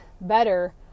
better